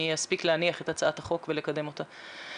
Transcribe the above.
אספיק להניח את הצעת החוק ולקדם אותה.